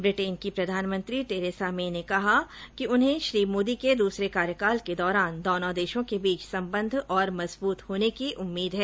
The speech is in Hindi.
ब्रिटेन की प्रधानमंत्री टेरेसा मे ने कहा है कि उन्हें श्री मोदी के दूसरे कार्यकाल के दौरान दोनों देशों के बीच संबंध और मजबूत होने की उम्मीद है